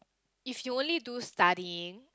if you only do studying